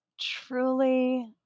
truly